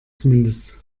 zumindest